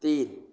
तीन